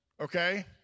okay